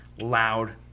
loud